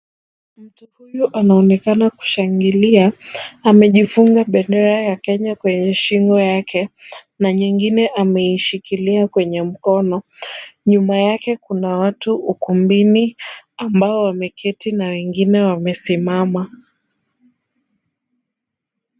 Mtu huyu anaonekana kushangilia, amejifunga bendera ya Kenya kwenye shingo yake na nyingine ameishikilia kwenye mkono. Nyuma yake kuna watu ukumbini, ambao wameketi na wengine wamesimama.